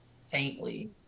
saintly